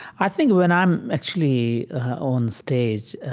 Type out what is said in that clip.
i think when i'm actually on stage